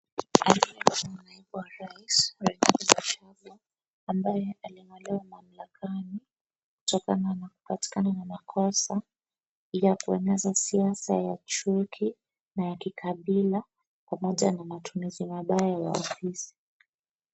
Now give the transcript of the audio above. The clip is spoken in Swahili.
Huyu ni naibu wa rais Rigathi Gachagua ambaye alingolewa mamlakani kutokana na kupatikana na makosa ya kuenza siasa ya chuki na kikabila pamoja na matumizi mabaya wa ofisi.